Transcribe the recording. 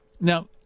Now